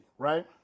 right